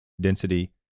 density